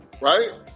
right